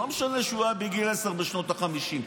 לא משנה שהוא היה בגיל עשר בשנות החמישים,